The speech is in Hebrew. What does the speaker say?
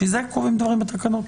בשביל זה קורים דברים בתקנות.